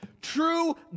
True